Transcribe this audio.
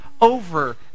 over